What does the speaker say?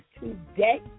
today